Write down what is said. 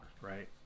right